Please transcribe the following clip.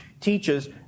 teaches